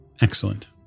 Excellent